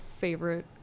favorite